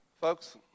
folks